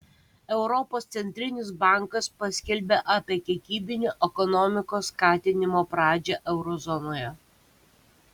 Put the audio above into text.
europos centrinis bankas paskelbė apie kiekybinio ekonomikos skatinimo pradžią euro zonoje